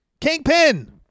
Kingpin